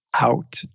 out